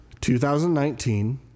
2019